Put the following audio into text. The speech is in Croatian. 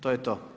To je to.